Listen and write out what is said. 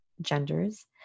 genders